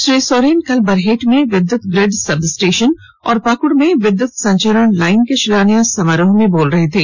श्री सोरेन कल बरहेट में विद्युत ग्रिड सब स्टेशन और पाक्ड में विद्युत संचरण लाइन के शिलान्यास समारोह में बोल रहे थे